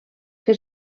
que